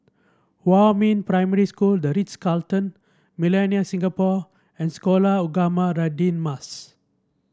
Huamin Primary School The Ritz Carlton Millenia Singapore and Sekolah Ugama Radin Mas